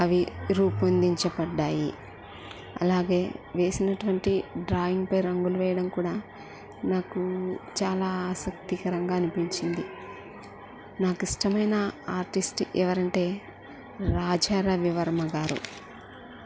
అవి రూపొందించబడ్డాయి అలాగే వేసినటువంటి డ్రాయింగ్పై రంగులు వెయ్యడం కూడా నాకు చాలా ఆసక్తికరంగా అనిపించింది నాకిష్టమైన ఆర్టిస్ట్ ఎవరంటే రాజా రవి వర్మ గారు